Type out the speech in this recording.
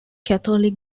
catholic